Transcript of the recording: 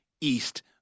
east